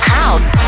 house